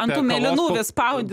ant tų mėlynų vis spaudi